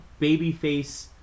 babyface